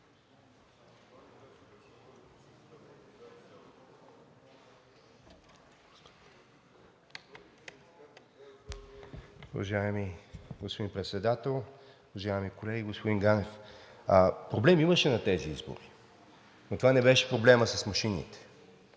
проблеми на тези избори, но това не беше проблемът с машините.